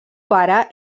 pare